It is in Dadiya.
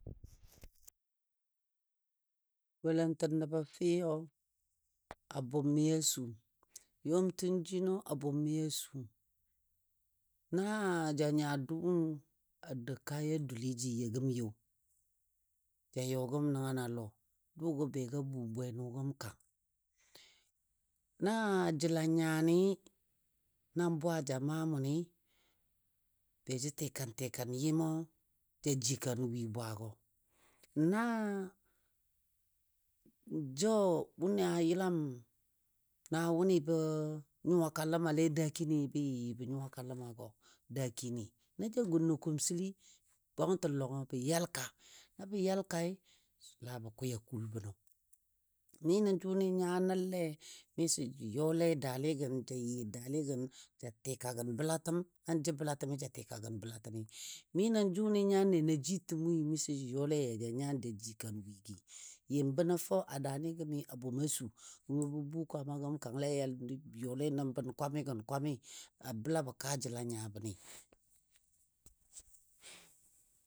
Golantə nəbo fəyo, a bʊmmi a su, yɔtin jino a bʊmmi a su. Naa ja nya dʊ a dou kaya dulli jə you gəm you ja yɔ gəm nəngən a lɔ. Dʊgɔ be ga bum bwenʊ gəm kang. Na jəl a nyani na bwaa ja maa mʊnɨ, be jə tikan tikan yɨmo ja jikan wi bwaagɔ. Na jə wʊnɨ a yəlam na wʊni bə nyuwaka ləmale dakini bə yɨ yɨ bə nyuwaka ləmagɔ dakini. Na ja gun nə kumsili, bwangtən lɔngɔ bə yalka. Na bə yalkai la bə kwiya kuul bənɔ Mi nə jʊnɨ nya nəlle miso jə yɔle dali gən ja yɨ dali gən ja tika gən bəlatəm na jə bəlatəmi ja tika gən bəlatəmi. Mi nə jʊnɨ nyanne na jitəm wi miso jə yɔle ya ja nyan ja jikan wigɨ. Yɨm bənɔ fou a daani gəmi a bʊm a su nəngɔ bə bum kwaama gəm kangle yal yɔle nən bən kwami gən kwami a bəlabɔ kaajəl a nya bəni.